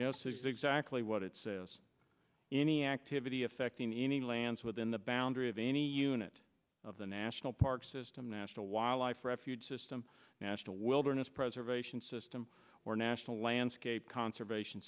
yes exactly what it says in any activity affecting any lands within the boundary of any unit of the national park system national wildlife refuge system national wilderness preservation system or national landscape conservation